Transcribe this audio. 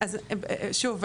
אז שוב,